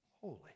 holy